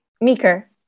Meeker